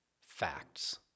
facts